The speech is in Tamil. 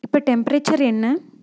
இப்போ டெம்பரேச்சர் என்ன